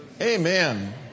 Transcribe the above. amen